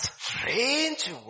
strange